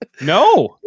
No